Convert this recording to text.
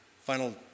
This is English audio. final